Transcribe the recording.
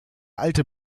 alte